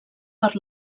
per